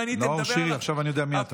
נאור שירי, עכשיו אני יודע מי אתה.